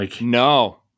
No